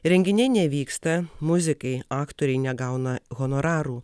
renginiai nevyksta muzikai aktoriai negauna honorarų